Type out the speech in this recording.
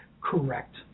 Correct